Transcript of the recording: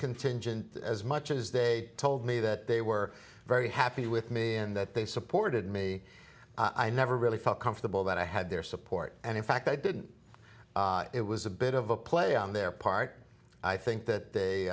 contingent as much as they told me that they were very happy with me and that they supported me i never really felt comfortable that i had their support and in fact i didn't it was a bit of a play on their part i think that they